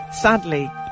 sadly